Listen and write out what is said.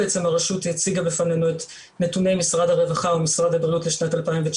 הרשות הציגה בפנינו את נתוני משרד הרווחה ומשרד הבריאות לשנת 2019,